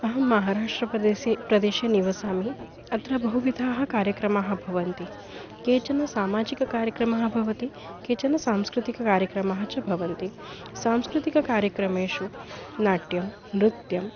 अहं महाराष्ट्रप्रदेशे प्रदेशे निवसामि अत्र बहुविधाः कार्यक्रमाः भवन्ति केचन सामाजिककार्यक्रमाः भवति केचन सांस्कृतिककार्यक्रमाः च भवन्ति सांस्कृतिककार्यक्रमेषु नाट्यं नृत्यम्